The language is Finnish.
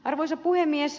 arvoisa puhemies